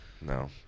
No